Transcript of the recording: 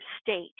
state